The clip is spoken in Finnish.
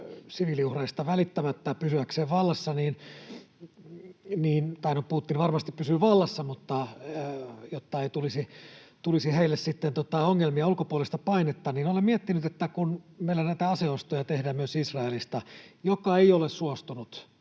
siviiliuhreista välittämättä pysyäkseen vallassa — tai no, Putin varmasti pysyy vallassa — jotta ei tulisi heille sitten ongelmia ja ulkopuolista painetta. Olen miettinyt, että kun meillä näitä aseostoja tehdään myös Israelista, joka ei ole suostunut